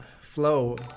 flow